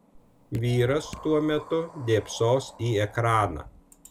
vyras tuo metu dėbsos į ekraną